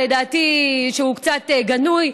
שלדעתי הוא קצת מגונה,